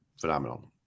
phenomenal